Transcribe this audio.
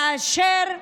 כאשר,